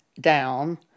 down